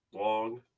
long